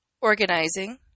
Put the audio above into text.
Organizing